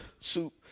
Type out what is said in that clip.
soup